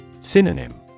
Synonym